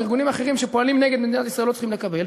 וארגונים אחרים שפועלים נגד מדינת ישראל לא צריכים לקבל,